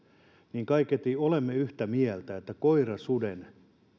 niin kaiketi olemme yhtä mieltä siitä että koirasuden